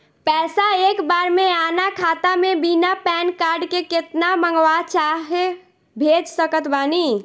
पैसा एक बार मे आना खाता मे बिना पैन कार्ड के केतना मँगवा चाहे भेज सकत बानी?